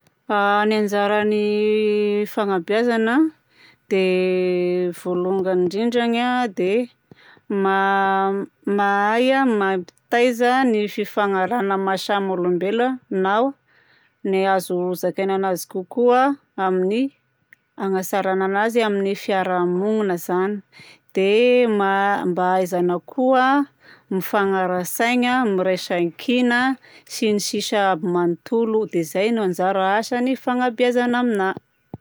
Ny anjaran'ny fagnabeazagna dia voalongany indrindrany a dia ma mahay mampitaiza ny fifanarahagna maha samy olombelogna na le azo izakaina anazy kokoa amin'ny hagnatsaragna anazy amin'ny fiarahamonigna zany. Dia mba hahaizagna koa mifagnara-tsaigna miraisan-kina sy ny sisa aby manontolo. Dia zay no anjara asan'ny fagnabeazagna aminahy.